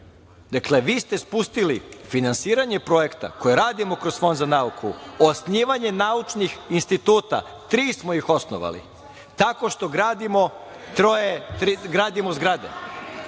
Dakle, vi ste spustili finansiranje projekta koje radimo kroz Fond za nauku, osnivanje naučnih instituta, tri smo ih osnovali, tako što gradimo zgrade. Pitam